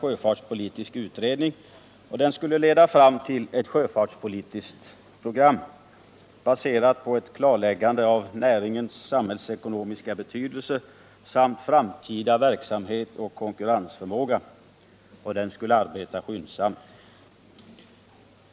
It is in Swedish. sjöfartspolitisk utredning, och den skulle leda fram till ett sjöfartspolitiskt program baserat på ett klarläggande av näringens samhällsekonomiska betydelse samt framtida verksamhet och konkurrensförmåga. Utredningen skulle arbeta skyndsamt.